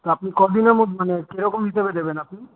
তো আপনি কদিনের মধ্যে মানে কিরকম হিসেবে দেবেন আপনি